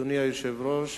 אדוני היושב-ראש,